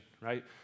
right